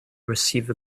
receive